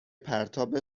پرتاب